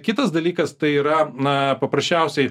kitas dalykas tai yra na paprasčiausiai